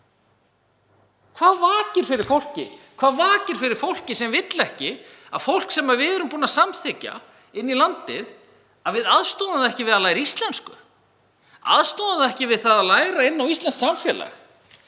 Hvað vakir fyrir fólki sem vill ekki að fólk sem við erum búin að samþykkja inn í landið, fái aðstoð við að læra íslensku, fái aðstoð við að læra inn á íslenskt samfélag?